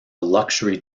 luxury